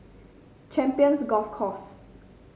Champions Golf Course